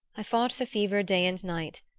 i fought the fever day and night,